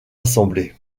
assemblée